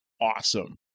awesome